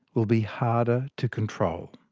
will be harder to control.